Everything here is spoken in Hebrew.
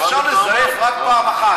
אפשר לזייף רק פעם אחת,